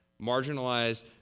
marginalized